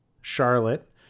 Charlotte